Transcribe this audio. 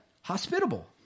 hospitable